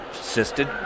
assisted